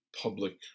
public